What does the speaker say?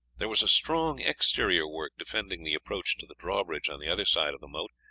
there was a strong exterior work defending the approach to the drawbridge on the other side of the moat,